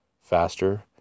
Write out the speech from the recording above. faster